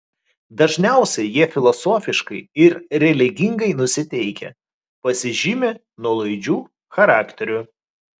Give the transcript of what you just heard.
dažniausiai jie filosofiškai ir religingai nusiteikę pasižymi nuolaidžiu charakteriu